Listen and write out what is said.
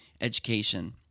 education